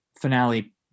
finale